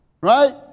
Right